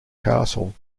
castle